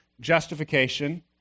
justification